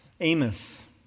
Amos